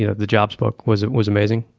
you know the jobs book, was was amazing.